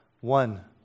One